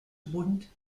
bund